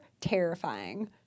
terrifying